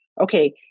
okay